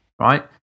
Right